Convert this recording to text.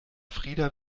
frida